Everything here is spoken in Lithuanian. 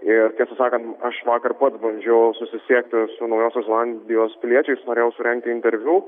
ir tiesą sakant aš vakar pats bandžiau susisiekti su naujosios zelandijos piliečiais norėjau surengti interviu